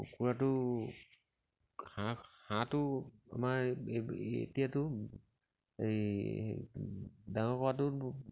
কুকুৰাটো হাঁহ হাঁহটো আমাৰ এতিয়াতো এই ডাঙৰ কৰাটো